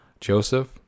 Joseph